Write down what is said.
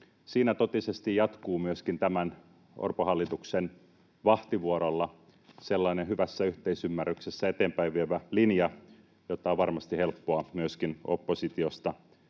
Siinä totisesti myöskin jatkuu Orpon hallituksen vahtivuorolla sellainen hyvässä yhteisymmärryksessä eteenpäin vievä linja, jota on varmasti helppoa myöskin oppositiosta